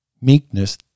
meekness